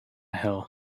hill